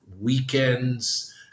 weekends